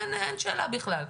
אין שאלה בכלל.